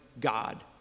God